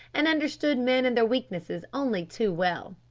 and understood men and their weaknesses only too well.